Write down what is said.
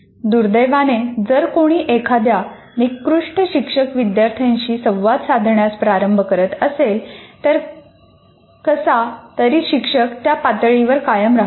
दुर्दैवाने जर कोणी एखाद्या निकृष्ट शिक्षक विद्यार्थ्यांशी संवाद साधण्यास प्रारंभ करत असेल तर कसा तरी शिक्षक त्या पातळीवर कायम राहतो